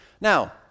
Now